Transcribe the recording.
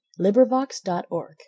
LibriVox.org